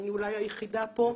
אני אולי היחידה פה.